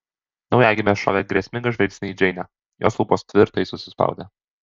naujagimė šovė grėsmingą žvilgsnį į džeinę jos lūpos tvirtai susispaudė